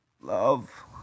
love